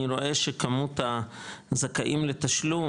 אני רואה שכמות הזכאים לתשלום,